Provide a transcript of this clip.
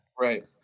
Right